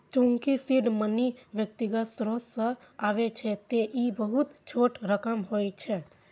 चूंकि seed money व्यक्तिगत स्रोत सं आबै छै, तें ई बहुत छोट रकम होइ छै